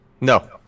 No